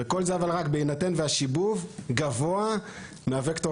כל זה רק בהינתן והשיבוב גבוה מהווקטור